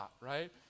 right